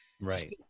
Right